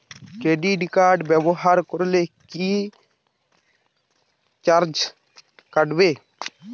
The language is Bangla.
ক্রেডিট কার্ড ব্যাবহার করলে কি চার্জ কাটবে?